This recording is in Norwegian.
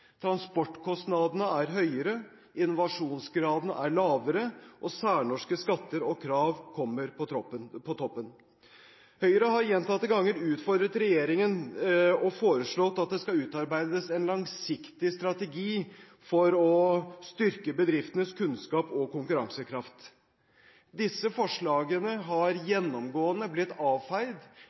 transportkostnadene er høyere, innovasjonsgraden er lavere, og særnorske skatter og krav kommer på toppen. Høyre har gjentatte ganger utfordret regjeringen og foreslått at det skal utarbeides en langsiktig strategi for å styrke bedriftenes kunnskap og konkurransekraft. Disse forslagene har gjennomgående blitt avfeid